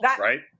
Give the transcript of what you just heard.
right